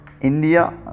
India